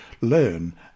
learn